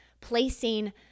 placing